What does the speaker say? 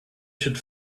should